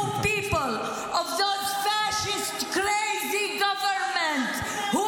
-- the two people of this fascist crazy government who